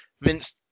Vince